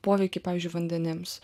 poveikį pavyzdžiui vandenims